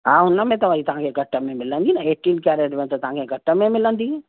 हा उनमें त वरी तव्हांखे घटि में मिलंदी न एटीन कैरेट में त तव्हांखे घटि में मिलंदी